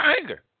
anger